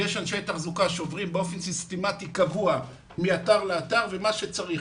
יש אנשי תחזוקה שעוברים קבוע מאתר לאתר ועושים מה שצריך,